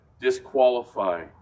disqualify